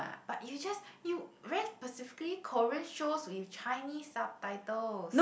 but you just you very specifically Korean shows with Chinese subtitles